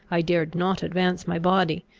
i dared not advance my body,